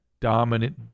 dominant